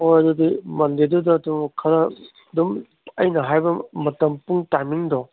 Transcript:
ꯍꯣꯏ ꯍꯣꯏ ꯑꯗꯨꯗꯤ ꯃꯟꯗꯦꯗꯨꯗ ꯑꯗꯨꯝ ꯈꯔ ꯑꯗꯨꯝ ꯑꯩꯅ ꯍꯥꯏꯕ ꯃꯇꯝ ꯄꯨꯡ ꯇꯥꯏꯝꯃꯤꯡꯗꯣ